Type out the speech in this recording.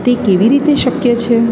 તે કેવી રીતે શક્ય છે